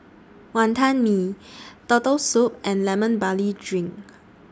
Wantan Mee Turtle Soup and Lemon Barley Drink